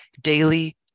daily